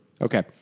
Okay